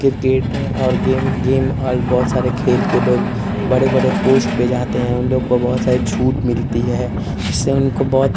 cricket और game game और बहुत सारे खेलकर लोग बड़े बड़े पोस्ट पर जाते हैं उनलोग को बहुत सारी छूट मिलती है जिससे उनको बहुत